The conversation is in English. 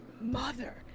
mother